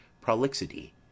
prolixity